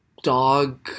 dog